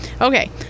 Okay